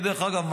דרך אגב,